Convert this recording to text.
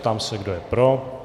Ptám se, kdo je pro.